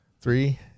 Three